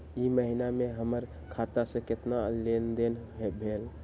ई महीना में हमर खाता से केतना लेनदेन भेलइ?